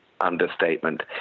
understatement